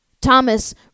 Thomas